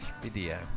video